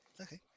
Okay